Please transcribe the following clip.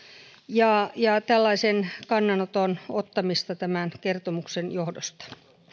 ja ja tällaisen kannanoton ottamista kertomuksen johdosta